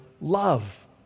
love